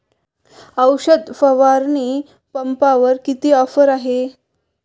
औषध फवारणी पंपावर किती ऑफर आहे?